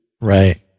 right